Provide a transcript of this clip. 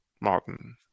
Martin